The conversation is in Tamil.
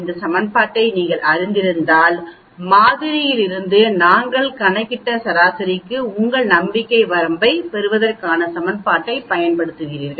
இந்த சமன்பாட்டை நீங்கள் அறிந்திருப்பதால் மாதிரியிலிருந்து நாங்கள் கணக்கிட்ட சராசரிக்கு உங்கள் நம்பிக்கை வரம்பைப் பெறுவதற்காக சமன்பாட்டை பயன்படுத்துகிறீர்கள்